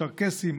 צ'רקסים,